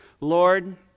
Lord